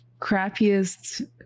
crappiest